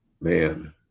Man